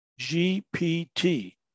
GPT